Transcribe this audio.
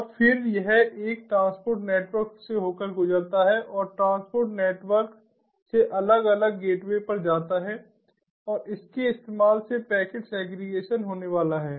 और फिर यह एक ट्रांसपोर्ट नेटवर्क से होकर गुजरता है और ट्रांसपोर्ट नेटवर्क से अलग अलग गेटवे पर जाता है और इसके इस्तेमाल से पैकेट सेग्रीगेशन होने वाला है